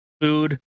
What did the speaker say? food